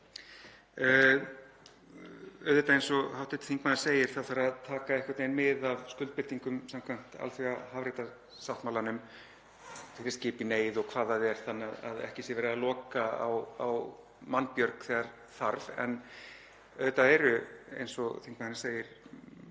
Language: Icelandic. Eins og hv. þingmaður segir þá þarf auðvitað að taka einhvern veginn mið af skuldbindingum samkvæmt alþjóðahafréttarsáttmálanum um skip í neyð og hvað það er, þannig að ekki sé verið að loka á mannbjörg þegar þarf. En auðvitað eru, eins og þingmaðurinn segir,